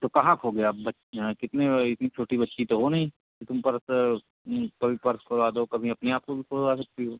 तो कहाँ खो गया कितने इतनी छोटी बच्ची तो हो नहीं कि तुम पर्स कभी पर्स खोया दो कभी अपने आपको भी खोआ सकती हो